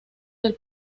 del